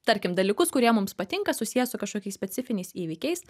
tarkim dalykus kurie mums patinka susieja su kažkokiais specifiniais įvykiais